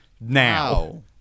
now